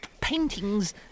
paintings